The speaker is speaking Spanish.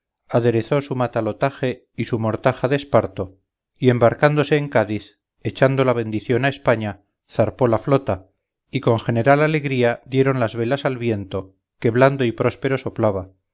almirante della aderezó su matalotaje y su mortaja de esparto y embarcándose en cádiz echando la bendición a españa zarpó la flota y con general alegría dieron las velas al viento que blando y próspero soplaba